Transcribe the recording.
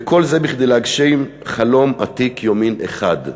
וכל זה כדי להגשים חלום עתיק יומין אחד,